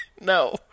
No